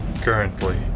Currently